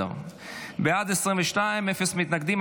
בעד, 22, אפס מתנגדים.